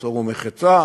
עשור ומחצה,